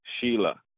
Sheila